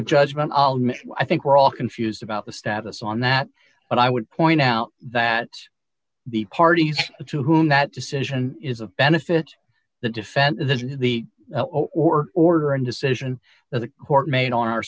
of judgment i think we're all confused about the status on that but i would point out that the parties to whom that decision is of benefit the defense this is the or order and decision that the court made on our